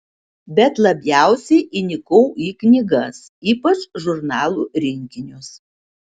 bet labiausiai įnikau į knygas ypač žurnalų rinkinius